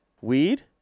Weed